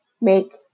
make